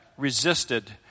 resisted